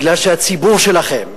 כי הציבור שלכם שייך,